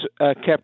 kept